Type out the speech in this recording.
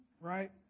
right